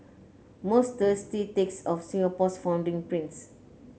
most thirsty takes of Singapore's founding prince